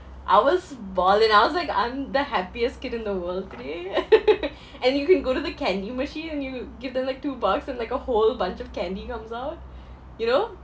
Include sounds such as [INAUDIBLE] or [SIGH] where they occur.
I was bawling I was like I'm the happiest kid in the world of the day [LAUGHS] and you can go to the candy machine and you give them like two bucks and like a whole bunch of candy comes out you know